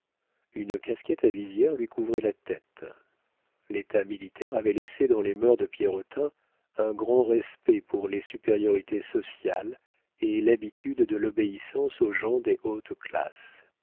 une casquette à visière lui couvrait la tête l'état militaire avait laissé dans les mœurs de pierrotin un grand respect pour les supériorités sociales et l'habitude de l'obéissance aux gens des hautes classes